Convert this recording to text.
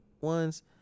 ones